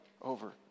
over